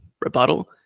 rebuttal